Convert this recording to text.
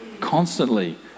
constantly